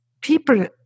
people